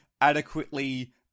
adequately